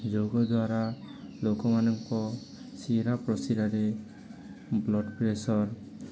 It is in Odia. ଯୋଗ ଦ୍ୱାରା ଲୋକମାନଙ୍କ ଶିରା ପ୍ରସିରାରେ ବ୍ଲଡ଼ ପ୍ରେସର